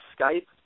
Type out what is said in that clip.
Skype